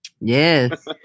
Yes